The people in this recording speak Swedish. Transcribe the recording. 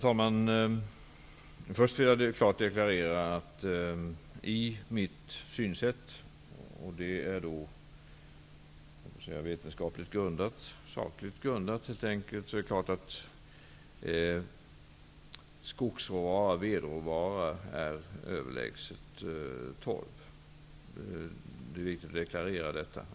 Herr talman! Jag vill först klart deklarera att enligt mitt synsätt, som är sakligt och vetenskapligt grundat, är vedråvara helt överlägsen torv.